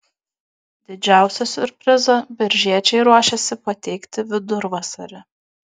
didžiausią siurprizą biržiečiai ruošiasi pateikti vidurvasarį